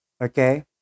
okay